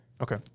Okay